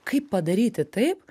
kaip padaryti taip